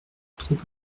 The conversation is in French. trop